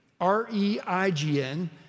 R-E-I-G-N